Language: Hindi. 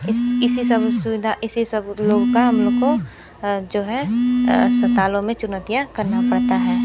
इस इसी सब सुविधा इसी सब का हम लोग को जो है अस्पतालों मैं चुनौतियाँ करना पड़ता है